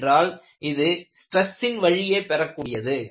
ஏனென்றால் இது ஸ்ட்ரெஸ்சின் வழியே பெறக் கூடியது